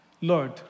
Lord